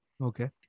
Okay